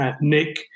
Nick